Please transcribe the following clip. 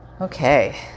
Okay